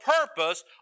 purpose